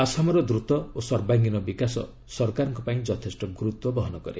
ଆସାମର ଦ୍ରୁତ ଓ ସର୍ବାଙ୍ଗୀନ ବିକାଶ ସରକାରଙ୍କ ପାଇଁ ଯଥେଷ୍ଟ ଗୁରୁତ୍ୱ ବହନ କରେ